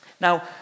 Now